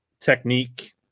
technique